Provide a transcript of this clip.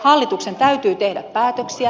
hallituksen täytyy tehdä päätöksiä